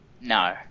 No